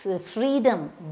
freedom